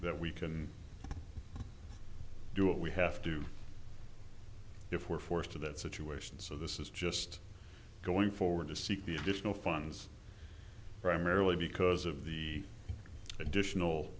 that we can do what we have to do if we're forced to that situation so this is just going forward to seek the additional funds primarily because of the additional